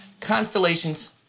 Constellations